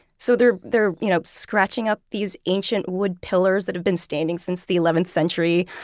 so they're they're you know scratching up these ancient wood pillars that have been standing since the eleventh century.